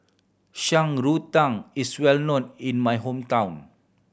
Shan Rui Tang is well known in my hometown